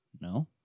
No